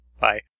Bye